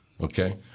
okay